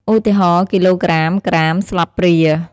ឧទាហរណ៍៖ គីឡូក្រាម ក្រាម ស្លាបព្រា។